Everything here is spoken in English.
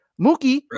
Mookie